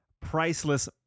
priceless